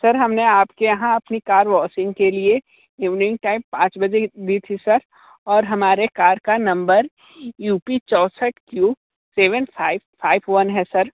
sir हमने आप के यहाँ अपनी कार वॉशिंग के लिए ईवनिंग टाइम पाँच बजे दी थी सर और हमारे कार का नंबर यू पी चौसठ Q seven five five one है सर